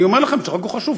אני אומר לכם: החוק הוא חשוב,